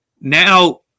now